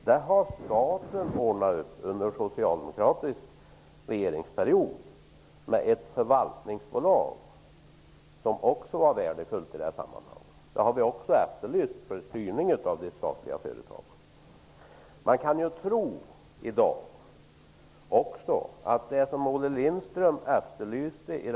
Detta fick staten under den socialdemokratiska regeringsperioden ordna upp genom att man skapade ett förvaltningsbolag, vilket vi också har efterlyst för styrning av de statliga företagen. I den föregånde debatten om näringspolitik efterlyste Olle Lindström fasta spelregler.